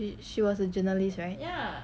she she was a journalist right